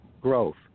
growth